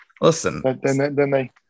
Listen